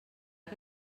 que